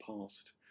past